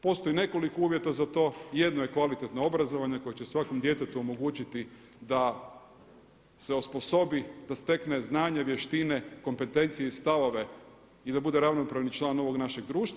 Postoji nekoliko uvjeta za to, jedno je kvalitetno obrazovanje koje će svakom djetetu omogućiti da se osposobi, da stekne znanje, vještine, kompetencije i stavove i da bude ravnopravni član ovog našeg društva.